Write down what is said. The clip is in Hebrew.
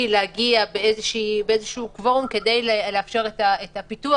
להגיע באיזה שהוא קוורום כדי לאפשר את הפיתוח.